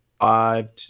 five